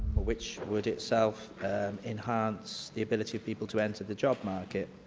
which would itself enhance the ability of people to enter the job market.